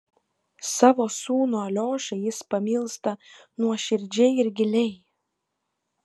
savo sūnų aliošą jis pamilsta nuoširdžiai ir giliai